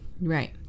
right